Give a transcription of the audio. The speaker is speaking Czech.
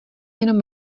jenom